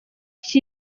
iki